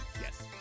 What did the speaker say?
Yes